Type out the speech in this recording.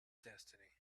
destiny